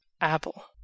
Apple